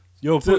yo